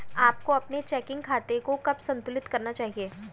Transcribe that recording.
आपको अपने चेकिंग खाते को कब संतुलित करना चाहिए?